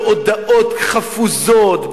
בהודעות חפוזות,